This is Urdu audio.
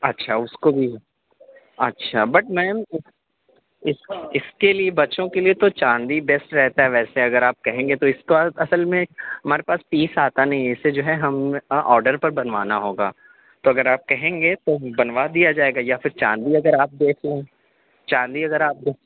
اچھا اُس کو بھی اچھا بٹ میم اِس کے اس کے لیے بچوں کے لیے تو چاندی بیسٹ رہتا ہے ویسے اگر آپ کہیں گے تو اِس کا اصل میں ہمارے پاس پیس آتا نہیں ہے اِسے جو ہے ہم آڈر پر بنوانا ہوگا تو اگر آپ کہیں گے تو ہم بنوا دیا جائے گا یا پھر چاندی اگر آپ دیکھ لیں چاندی اگر آپ